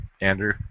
Andrew